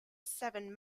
seven